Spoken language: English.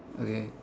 okay